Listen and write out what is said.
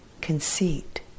conceit